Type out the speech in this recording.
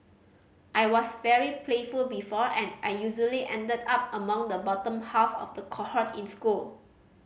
I was very playful before and I usually ended up among the bottom half of the cohort in school